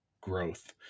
growth